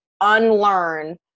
unlearn